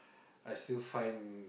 I still find